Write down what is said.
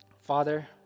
Father